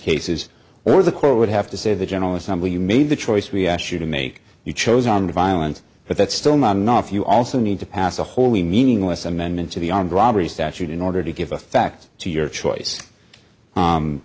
aces or the court would have to say the general assembly you made the choice we asked you to make you chose on violence but that's still not enough you also need to pass a wholly meaningless amendment to the armed robbery statute in order to give effect to your choice